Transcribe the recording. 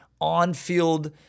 on-field